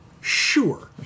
sure